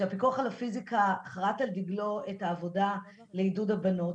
שהפיקוח על הפיזיקה חרט על דגלו את העבודה לעידוד הבנות.